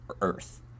earth